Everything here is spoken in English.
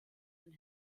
and